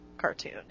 cartoon